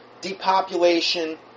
depopulation